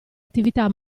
attività